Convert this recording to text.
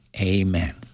Amen